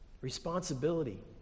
responsibility